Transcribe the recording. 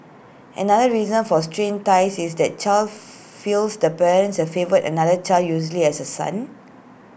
another reason for strained ties is that child feels the parent has favoured another child usually as A son